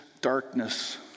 darkness